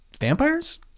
vampires